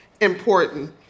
important